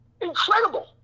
Incredible